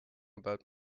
about